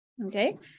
Okay